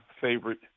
favorite